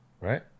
Right